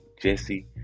Jesse